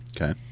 Okay